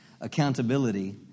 accountability